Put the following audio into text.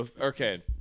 Okay